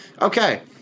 Okay